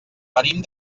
venim